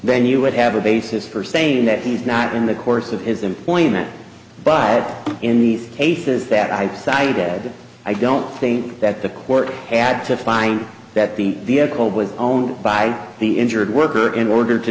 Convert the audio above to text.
then you would have a basis for saying that he's not in the course of his employment by in these cases that i cited i don't think that the court had to find that the call was owned by the injured worker in order to